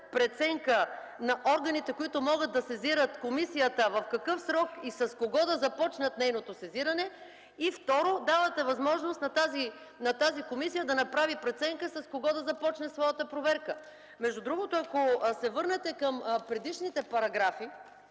на органите, които могат да сезират комисията в какъв срок и с кого да започнат нейното сезиране и, второ – давате възможност на тази комисия да направи преценка с кого да започне своята проверка. Между другото ако се върнете към предишни параграфи,